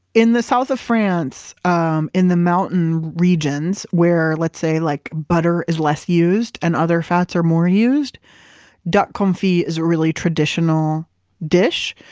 in the south of france um in the mountain regions where, let's say, like butter is less used and other fats are more used duck confit is a really traditional dish,